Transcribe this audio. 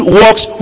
works